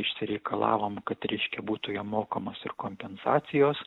išsireikalavom kad reiškia būtų jiem mokamos ir kompensacijos